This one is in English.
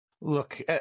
Look